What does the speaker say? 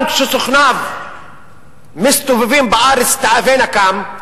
גם כשסוכניו מסתובבים בארץ תאבי נקם,